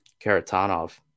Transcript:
Karatanov